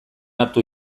hartu